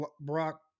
Brock